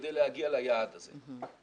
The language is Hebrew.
כדי להגיע ליעד הזה.